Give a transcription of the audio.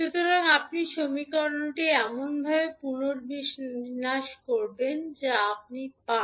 সুতরাং আপনি সমীকরণটি এমনভাবে পুনর্বিন্যাস করবেন যা আপনি পান